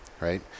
right